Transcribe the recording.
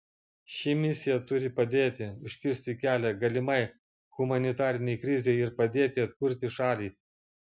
ši misija turi padėti užkirsti kelią galimai humanitarinei krizei ir padėti atkurti šalį